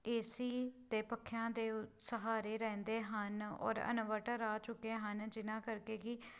AC ਅਤੇ ਪੱਖਿਆਂ ਦੇ ਸਹਾਰੇ ਰਹਿੰਦੇ ਹਨ ਔਰ ਇਨਵਰਟਰ ਆ ਚੁੱਕੇ ਹਨ ਜਿਹਨਾਂ ਕਰਕੇ ਕਿ